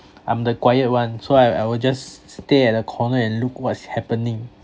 I'm the quiet one so I I will just s~ stay at the corner and look what's happening